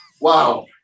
Wow